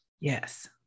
Yes